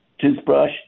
toothbrush